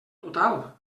total